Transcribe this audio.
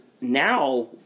Now